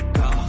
go